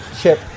chip